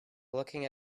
looking